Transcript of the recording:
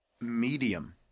Medium